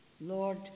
Lord